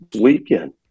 weekend